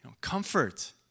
comfort